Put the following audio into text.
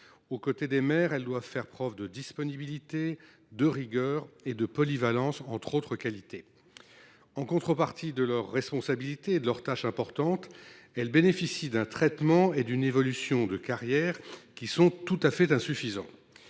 Aux côtés des maires, elles doivent faire preuve de disponibilité, de rigueur et de polyvalence, entre autres qualités. En contrepartie de leurs responsabilités et de leurs tâches importantes, elles bénéficient d’un traitement et d’une évolution de carrière tout à fait insuffisants.